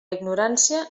ignorància